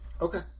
Okay